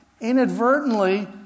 inadvertently